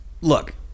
look